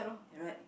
you right